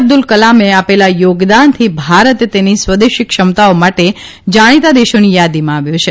અબ્દુલ કલામે આપેલા યોગદાનથી ભારત તેની સ્વદેશી ક્ષમતાઓ માટે જાણીતા દેશોની યાદીમાં આવ્યો છે